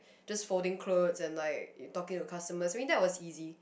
just folding clothes and like talking to customers I mean that's was easy